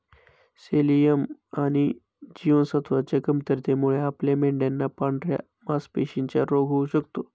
selenium आणि ई जीवनसत्वच्या कमतरतेमुळे आपल्या मेंढयांना पांढऱ्या मासपेशींचा रोग होऊ शकतो